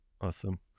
awesome